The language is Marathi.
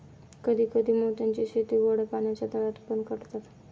कधी कधी मोत्यांची शेती गोड्या पाण्याच्या तळ्यात पण करतात